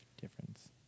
difference